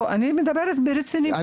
לא, אני מדברת ברצינות.